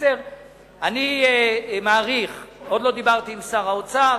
אני מעריך, עוד לא דיברתי עם שר האוצר,